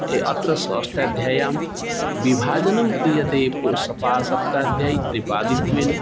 एवम् अत्र सह अष्टाध्याय्यां विभाजनं क्रियते पु सः सपासप्ताध्यायी त्रिपादित्वेन